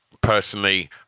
personally